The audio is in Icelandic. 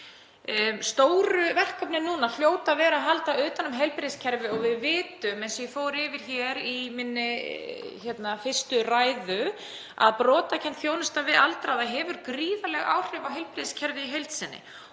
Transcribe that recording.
Stóru verkefnin núna hljóta að vera þau að halda utan um heilbrigðiskerfið og við vitum, eins og ég fór yfir hér í minni fyrstu ræðu, að brotakennd þjónusta við aldraða hefur gríðarleg áhrif á heilbrigðiskerfið í heild sinni.